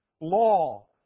Law